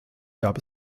gab